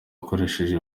akoresheje